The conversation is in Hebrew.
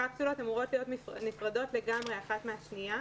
הקפסולות אמורות להיות נפרדות לגמרי האחת מן השנייה,